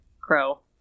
crow